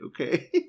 okay